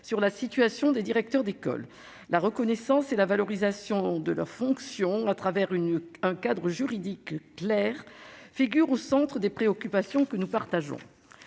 sur la situation des directeurs d'école. La reconnaissance et la valorisation de leurs fonctions au travers d'un cadre juridique clair figurent au centre des préoccupations que nous partageons.